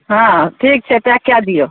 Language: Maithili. हँ ठीक छै पैक कै दियौ